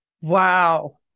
wow